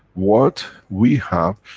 what we have,